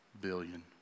billion